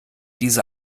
diese